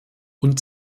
und